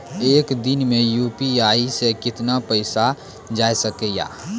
एक दिन मे यु.पी.आई से कितना पैसा जाय सके या?